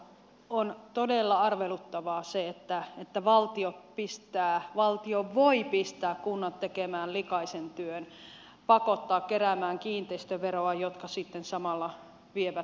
on todella arveluttavaa se että valtio voi pistää kunnat tekemään likaisen työn pakottaa keräämään kiinteistöveroa ja sitten samalla vie valtionosuuspohjaa